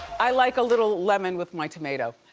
i like a little lemon with my tomato.